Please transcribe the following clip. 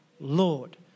Lord